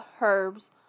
herbs